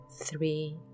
Three